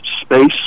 space